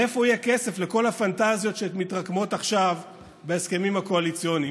מאיפה יהיה כסף לכל הפנטזיות שמתרקמות עכשיו בהסכמים הקואליציוניים?